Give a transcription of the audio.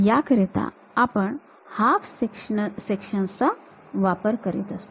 याकरिता आपण half section चा वापर करतो